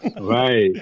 Right